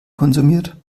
konsumiert